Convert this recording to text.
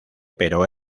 pero